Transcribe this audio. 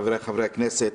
חבריי חברי הכנסת,